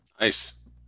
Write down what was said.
nice